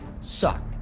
suck